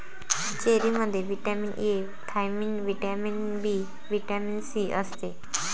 चेरीमध्ये vitamin A, thiamine, vitamin B, vitamin C असते